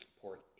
port